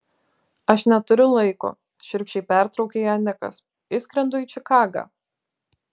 aš neturiu laiko šiurkščiai pertraukė ją nikas išskrendu į čikagą